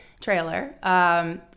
trailer